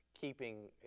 keeping